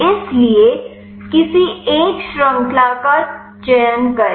इसलिए किसी एक श्रृंखला का चयन करें